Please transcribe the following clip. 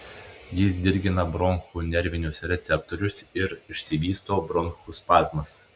jis dirgina bronchų nervinius receptorius ir išsivysto bronchų spazmas